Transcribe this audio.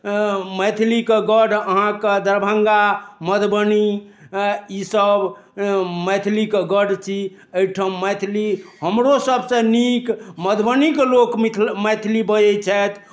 मैथिलीके गढ़ अहाँकेँ दरभंगा मधुबनी ईसभ मैथिलीके गढ़ छी एहिठाम मैथिली हमरो सभसँ नीक मधुबनीके लोक मिथिल मैथिली बजैत छथि